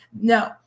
no